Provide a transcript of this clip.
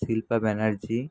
Shilpa Banerjee